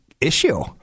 issue